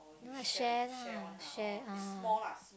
no I share lah share ah